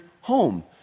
home